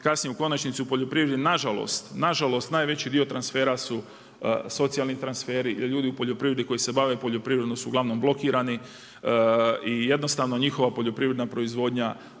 kasnije u konačnici u poljoprivredi nažalost, nažalost najveći dio transfera su socijalni transferi jer ljudi u poljoprivredi koji se bave poljoprivredom su uglavnom blokirani i jednostavno njihova poljoprivredna proizvodnja